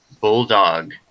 bulldog